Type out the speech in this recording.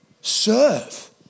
Serve